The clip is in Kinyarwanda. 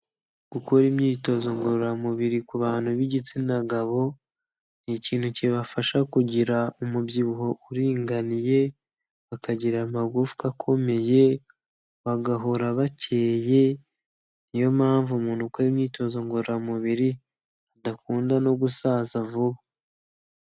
Gukora imyitozo ngororamubiri ku bantu b'igitsina gabo ni ikintu kibafasha kugira umubyibuho uringaniye, bakagira amagufwa akomeye, bagahora bakeye, niyo mpamvu umuntu ukora imyitozo ngororamubiri adakunda no gusaza vuba.